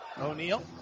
O'Neal